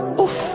Oof